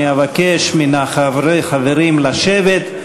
אני אבקש מהחברים לשבת.